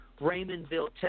Raymondville